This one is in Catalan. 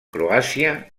croàcia